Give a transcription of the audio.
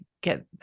get